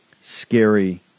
scary